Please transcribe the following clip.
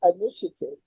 initiative